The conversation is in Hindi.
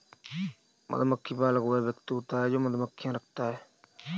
मधुमक्खी पालक वह व्यक्ति होता है जो मधुमक्खियां रखता है